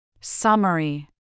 Summary